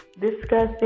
discussing